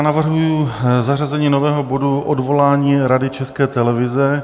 Navrhuji zařazení nového bodu odvolání Rady České televize.